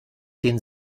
den